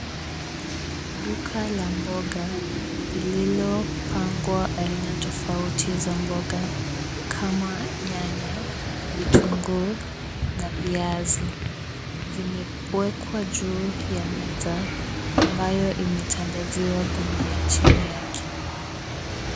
Duka la mboga lililopangwa aina tofauti za mboga kama nyanya, vitunguu na viazi, vimewekwa juu ya meza ambayo imetandaziwa gunia chini yake.